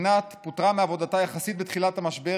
רינת פוטרה מעבודתה יחסית בתחילת המשבר